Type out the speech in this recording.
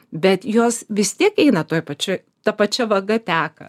bet jos vis tiek eina toj pačioj ta pačia vaga teka